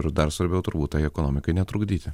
ir dar svarbiau turbūt tai ekonomikai netrukdyti